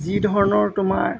যি ধৰণৰ তোমাৰ